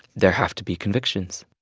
there have to be convictions.